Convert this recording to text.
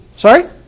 Sorry